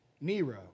Nero